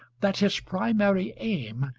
that his primary aim,